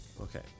Okay